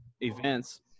events